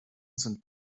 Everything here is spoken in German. sind